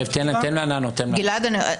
גלעד,